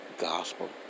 gospel